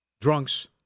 drunks